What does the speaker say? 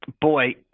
boy